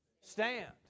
stand